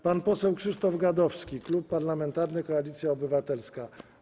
Pan poseł Krzysztof Gadowski, Klub Parlamentarny Koalicja Obywatelska.